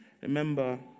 Remember